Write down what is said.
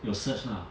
有 surge lah